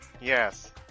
Yes